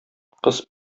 кыз